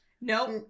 Nope